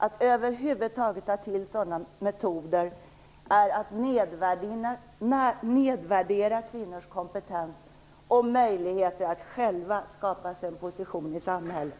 Att över huvud taget ta till sådana metoder är att nedvärdera kvinnors kompetens och möjligheter att själva skapa sig en position i samhället.